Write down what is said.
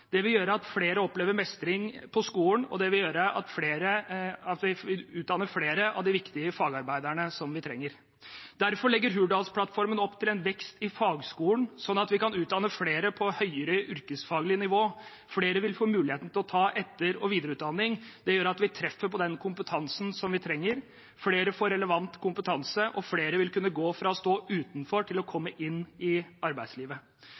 Det vil gjøre at flere opplever mestring på skolen, og det vil gjøre at vi utdanner flere av de viktige fagarbeiderne vi trenger. Derfor legger Hurdalsplattformen opp til en vekst i fagskolen, slik at vi kan utdanne flere på høyere yrkesfaglig nivå, flere vil få muligheten til å ta etter- og videreutdanning. Det gjør at vi treffer med tanke på den kompetansen vi trenger. Flere får relevant kompetanse, og flere vil kunne gå fra å stå utenfor til å komme inn i arbeidslivet.